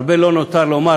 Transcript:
הרבה לא נותר לומר,